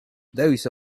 those